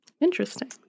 Interesting